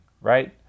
right